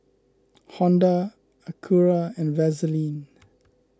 Honda Acura and Vaseline